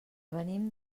venim